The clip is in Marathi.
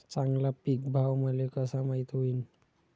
चांगला पीक भाव मले कसा माइत होईन?